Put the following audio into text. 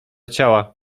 ciała